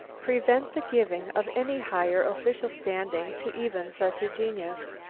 prevent the giving of any higher official standing to even such a genius.